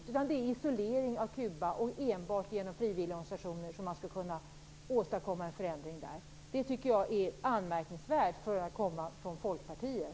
I stället är det genom isolering av Kuba och enbart genom frivilliga organisationer som man skall kunna åstadkomma en förändring där. Det tycker jag är anmärkningsvärt för att komma från Folkpartiet.